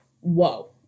whoa